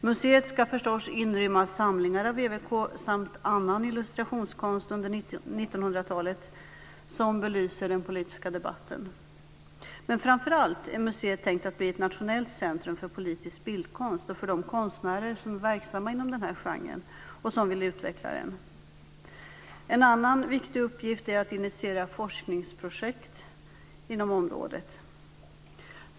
Museet ska förstås inrymma samlingar av EWK samt annan illustrationskonst under 1900-talet som belyser den politiska debatten, men framför allt är museet tänkt att bli ett nationellt centrum för politisk bildkonst och för de konstnärer som är verksamma inom den här genren och som vill utveckla den. En annan viktig uppgift är att initiera forskningsprojekt inom området.